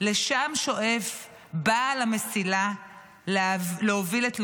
לשם שואף בעל המסילה להוביל את לומדיה.